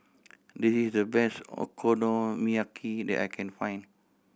this is the best Okonomiyaki that I can find